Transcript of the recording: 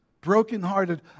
brokenhearted